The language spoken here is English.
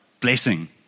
blessing